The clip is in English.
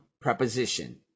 preposition